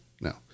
No